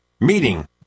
Meeting